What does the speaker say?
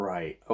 Right